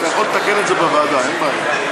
אתה יכול לתקן את זה בוועדה, אין בעיה.